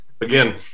again